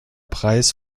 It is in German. preis